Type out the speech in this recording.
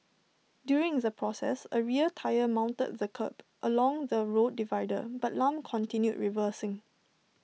during the process A rear tyre mounted the kerb along the road divider but Lam continued reversing